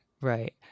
right